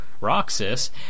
roxas